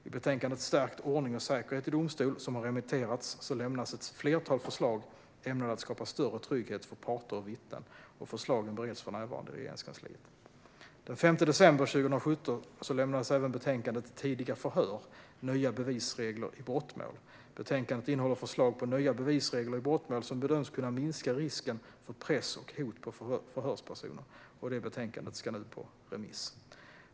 I betänkandet Stärkt ordning och säkerhet i domstol , som har remitterats, lämnas ett flertal förslag ämnade att skapa större trygghet för parter och vittnen. Förslagen bereds för närvarande i Regeringskansliet. Den 5 december 2017 lämnades även betänkandet Tidiga förhör - nya bevisregler i brottmål . Betänkandet innehåller förslag på nya bevisregler i brottmål som bedöms kunna minska risken för press på och hot mot förhörspersoner. Betänkandet ska nu ut på remiss.